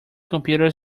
computers